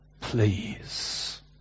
please